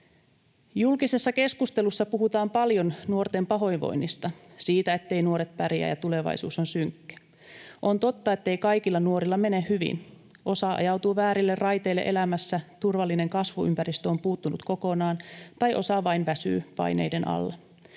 Julkisessa keskustelussa puhutaan paljon nuorten pahoinvoinnista, siitä, etteivät nuoret pärjää ja tulevaisuus on synkkä. On totta, ettei kaikilla nuorilla mene hyvin, osa ajautuu väärille raiteille elämässä, turvallinen kasvuympäristö on puuttunut kokonaan tai osa vain väsyy paineiden alla.